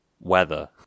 weather